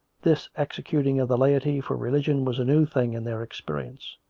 this executing of the laity for religion was a new thing in their experience.